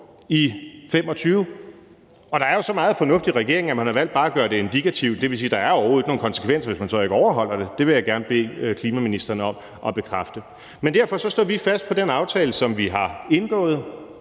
i 2025, og der er jo så meget fornuft i regeringen, at man har valgt bare at gøre det indikativt. Det vil sige: Der er overhovedet ikke nogen konsekvens, hvis man så ikke overholder det. Det vil jeg gerne bede klimaministeren om at bekræfte. Men derfor står vi fast på den aftale, som vi har indgået